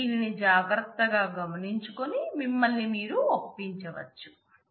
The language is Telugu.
మీరు దీనిని జాగ్రత్తగా గమనించుకుని మిమ్మల్ని మీరు ఒప్పించవచ్చు